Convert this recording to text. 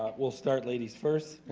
but we'll start ladies first,